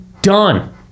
done